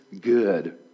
good